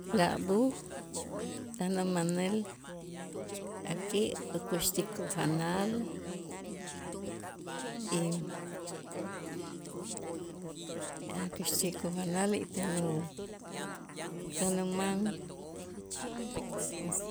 La b'uj tan umanäl ak'ä' ukuxtik ujanal y a' kuxtik ujanal y tan u tan uman as